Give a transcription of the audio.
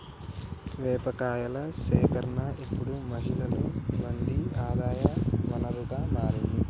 వేప కాయల సేకరణ ఇప్పుడు మహిళలు మంది ఆదాయ వనరుగా మారింది